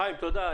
חיים, תודה.